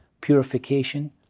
Purification